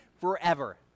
forever